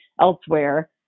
elsewhere